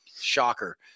shocker